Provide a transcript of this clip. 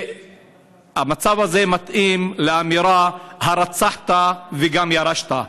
והמצב הזה מתאים לאמירה: הרצחת וגם ירשת?